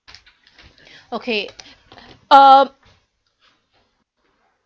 okay uh